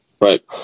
right